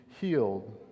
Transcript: healed